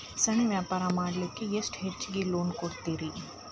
ಸಣ್ಣ ವ್ಯಾಪಾರ ಮಾಡ್ಲಿಕ್ಕೆ ಎಷ್ಟು ಹೆಚ್ಚಿಗಿ ಲೋನ್ ಕೊಡುತ್ತೇರಿ?